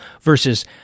versus